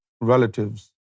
relatives